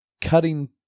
Cutting